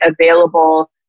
available